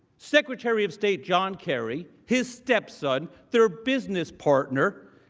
secretary of state john kerry, his stepson, their business partner,